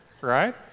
right